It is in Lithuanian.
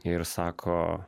ir sako